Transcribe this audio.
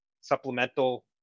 supplemental